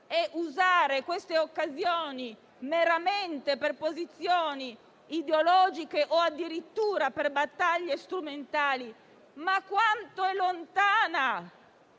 e usare queste occasioni meramente per posizioni ideologiche o addirittura per battaglie strumentali? Ma quanto è lontana